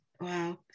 wow